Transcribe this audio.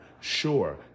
Sure